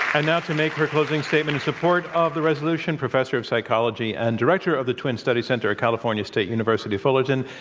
and now, to make her closing statement in support of the resolution, professor of psychology and director of the twin study center at california state university-fullerton,